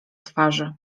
twarzy